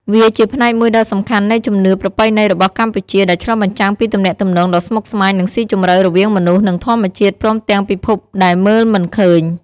វាជាផ្នែកមួយដ៏សំខាន់នៃជំនឿប្រពៃណីរបស់កម្ពុជា ដែលឆ្លុះបញ្ចាំងពីទំនាក់ទំនងដ៏ស្មុគស្មាញ និងស៊ីជម្រៅរវាងមនុស្ស និងធម្មជាតិ ព្រមទាំងពិភពដែលមើលមិនឃើញ។